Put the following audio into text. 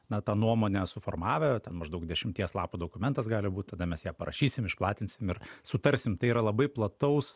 na tą nuomonę suformavę maždaug dešimties lapų dokumentas gali būt tada mes ją parašysim išplatinsim ir sutarsim tai yra labai plataus